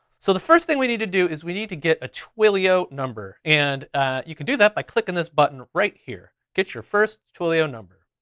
so the first thing we need to do is we need to get a twilio number. and you can do that by clicking this button right here, get your first twilio number.